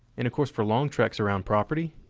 and of course for long treks around property,